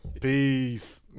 Peace